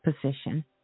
position